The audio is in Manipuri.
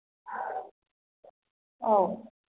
ꯑꯧ